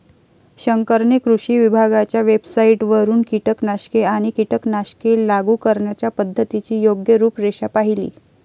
शंकरने कृषी विभागाच्या वेबसाइटवरून कीटकनाशके आणि कीटकनाशके लागू करण्याच्या पद्धतीची योग्य रूपरेषा पाहिली